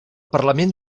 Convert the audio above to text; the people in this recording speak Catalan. parlament